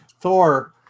Thor